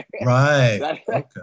right